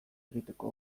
egiteko